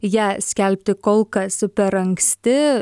ją skelbti kol kas per anksti